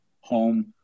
home